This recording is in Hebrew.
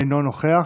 אינו נוכח,